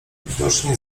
widocznie